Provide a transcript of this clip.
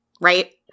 right